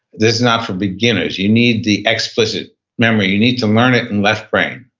this is not for beginners. you need the explicit memory. you need to learn it in left brain.